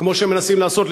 כמו שמנסים לעשות,